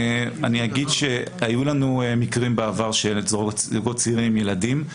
אני אגיד שהיו לנו מקרים בעבר שהיו זוגות צעירים עם ילדים,